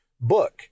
book